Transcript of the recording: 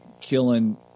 killing